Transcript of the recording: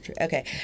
Okay